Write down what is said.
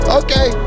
okay